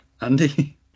Andy